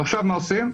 ועכשיו מה עושים?